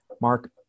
Mark